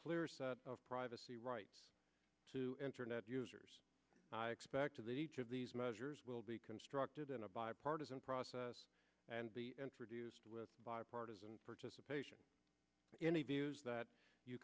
clearer of privacy rights to internet users and i expect that each of these measures will be constructed in a bipartisan process and be introduced with bipartisan participation in the views that you